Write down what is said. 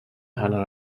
hanner